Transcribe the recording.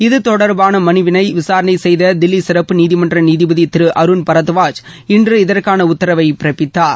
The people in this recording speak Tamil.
இது தொடர்பான மனுவினை விசாரணை செய்த தில்லி சிறப்பு நீதிமன்ற நீதிபதி திரு அருண் பரத்வாஜ் இன்று இதற்கான உத்தரவை பிறப்பித்தார்